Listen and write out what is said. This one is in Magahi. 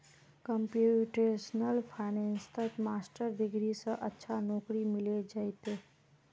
कंप्यूटेशनल फाइनेंसत मास्टर डिग्री स अच्छा नौकरी मिले जइ तोक